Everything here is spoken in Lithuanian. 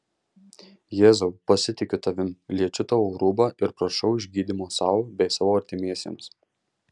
jėzau pasitikiu tavimi liečiu tavo rūbą ir prašau išgydymo sau bei savo artimiesiems